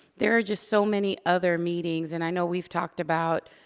there are just so many other meetings. and i know we've talked about,